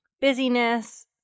busyness